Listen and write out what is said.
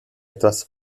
etwas